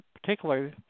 particularly